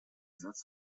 satz